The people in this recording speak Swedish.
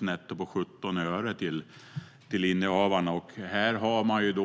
netto på endast 17 öre till innehavaren.